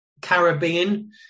Caribbean